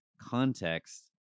context